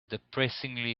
depressingly